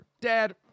Dad